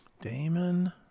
Damon